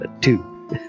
Two